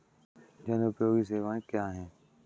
जनोपयोगी सेवाएँ क्या हैं?